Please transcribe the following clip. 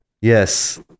Yes